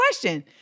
question